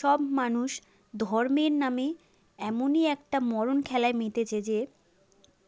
সব মানুষ ধর্মের নামে এমনই একটা মরণ খেলায় মেতেছে যে